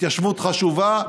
ההתיישבות חשובה,